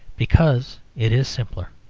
because it is simpler.